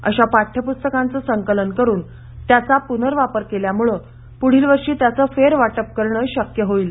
अशा पाठ्यप्रस्तकांचं संकलन करून त्याचा प्नर्वापर केल्यामुळे पुढीलवर्षी त्याचं फेरवाटप करणं शक्यस होईल